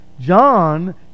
John